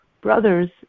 brothers